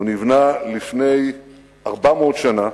הוא נבנה לפני 400 שנה